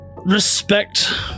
respect